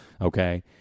okay